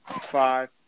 Five